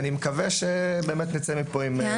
אני מקווה שנצא פה עם פתרון.